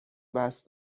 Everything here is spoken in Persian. بست